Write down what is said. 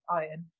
iron